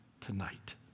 tonight